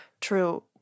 true